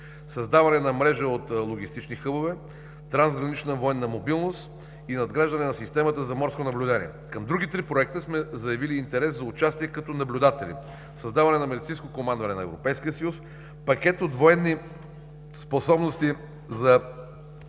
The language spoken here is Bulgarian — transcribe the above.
„Създаване на мрежа от логистични хъбове“, „Трансгранична военна мобилност“ и „Надграждане на системата за морско наблюдение“. Към други три проекта сме заявили интерес за участие като наблюдатели – „Създаване на медицинско командване на Европейския съюз“, „Пакет от военни способности за справяне